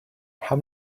how